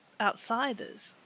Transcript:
outsiders